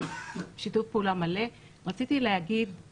בארגון העובדים וכראש מטה ויועצת לענייני